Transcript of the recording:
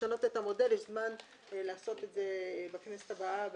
לשנות את המודל יש זמן לעשות את זה בכנסת הבאה.